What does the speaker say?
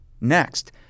Next